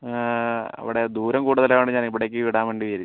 അവിടെ ദൂരം കൂടുതലായതുകൊണ്ട് ഞാൻ ഇവിടേയ്ക്ക് വിടാൻ വേണ്ടി വിചാരിച്ചു